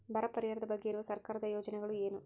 ಬರ ಪರಿಹಾರದ ಬಗ್ಗೆ ಇರುವ ಸರ್ಕಾರದ ಯೋಜನೆಗಳು ಏನು?